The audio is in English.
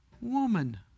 woman